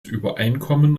übereinkommen